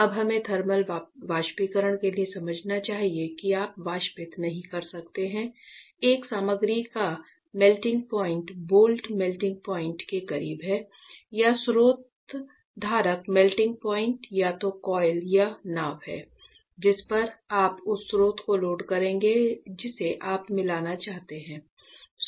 अब हमें थर्मल वाष्पीकरण के लिए समझना चाहिए कि आप वाष्पित नहीं कर सकते हैं एक सामग्री का melting point boat melting point के करीब है या स्रोत धारक मेल्टिंग पॉइंट या तो कॉइल या नाव है जिस पर आप उस स्रोत को लोड करेंगे जिसे आप मिलना चाहते हैं